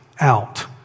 out